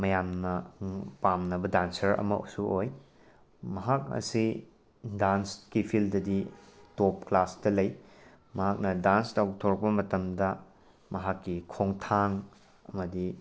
ꯃꯌꯥꯝꯅ ꯄꯥꯝꯅꯕ ꯗꯥꯟꯁꯔ ꯑꯃꯁꯨ ꯑꯣꯏ ꯃꯍꯥꯛ ꯑꯁꯦ ꯗꯥꯟꯁꯀꯤ ꯐꯤꯜꯗꯗꯤ ꯇꯣꯞ ꯀ꯭ꯂꯥꯁꯇ ꯂꯩ ꯃꯍꯥꯛꯅ ꯗꯥꯟꯁ ꯇꯧꯊꯣꯔꯛꯄ ꯃꯇꯝꯗ ꯃꯍꯥꯛꯀꯤ ꯈꯣꯡꯊꯥꯡ ꯑꯃꯗꯤ